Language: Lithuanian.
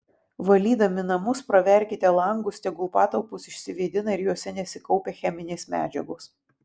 valydami namus praverkite langus tegul patalpos išsivėdina ir jose nesikaupia cheminės medžiagos